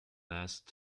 last